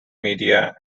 media